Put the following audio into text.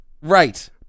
Right